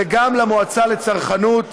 וגם למועצה לצרכנות,